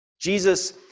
Jesus